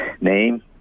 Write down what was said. Name